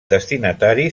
destinatari